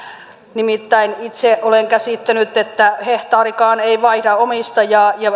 nimittäin itse olen käsittänyt että hehtaarikaan ei vaihda omistajaa ja